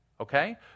okay